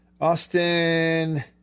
Austin